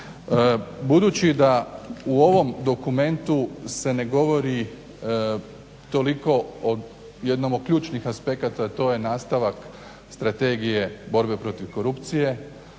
Budući da u ovom dokumentu se ne govori toliko o jednom od ključnih aspekata a to je nastavak strategije borbe protiv korupcije,